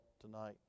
tonight